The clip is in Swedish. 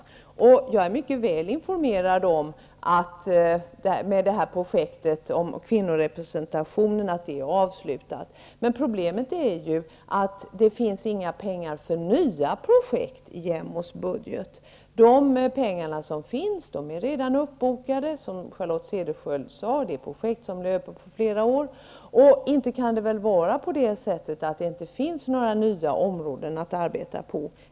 Jag är mycket väl informerad om att projektet med kvinnorepresentation är avslutat. Problemet är att det inte finns några pengar för nya projekt i JämO:s budget. De pengar som finns är redan bokade, som Charlotte Cederschiöld sade, för projekt som löper på flera år. Det är väl inte så att det inte finns några nya områden att arbeta på?